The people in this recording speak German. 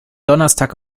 donnerstag